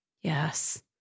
Yes